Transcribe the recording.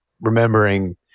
remembering